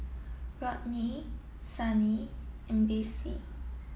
Rodney Sunny and Basil